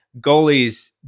goalies